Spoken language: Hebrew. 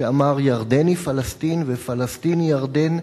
שאמר: ירדן היא פלסטין ופלסטין היא ירדן,